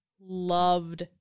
loved